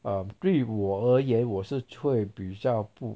um 对于我而言我是吹比较不